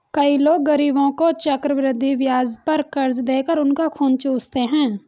कई लोग गरीबों को चक्रवृद्धि ब्याज पर कर्ज देकर उनका खून चूसते हैं